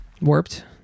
Warped